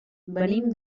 venim